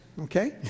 okay